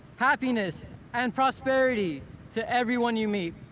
happiness and prosperity to everyone you meet,